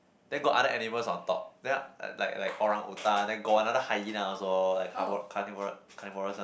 then got other animals on top then like like orangutan then got another hyena also like carvo~ carnivore carnivorous one